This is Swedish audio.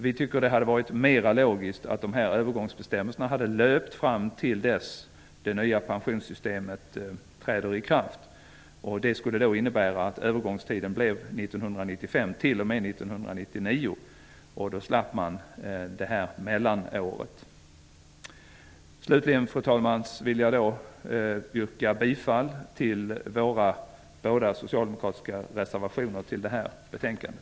Vi tycker att det hade varit mera logiskt att överångsbestämmelserna hade löpt fram till dess det nya pensionssystemet träder i kraft. Det skulle då innebära att övergångstiden blev 1995 t.o.m. 1999, och då slapp man det här mellanåret. Slutligen, fru talman, vill jag yrka bifall till våra båda socialdemokratiska reservationer till betänkandet.